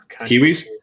Kiwis